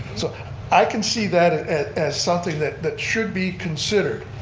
so i can see that as something that that should be considered.